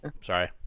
Sorry